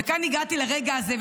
וכאן הגעתי לרגע הזה,